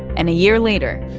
and a year later.